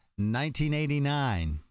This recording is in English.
1989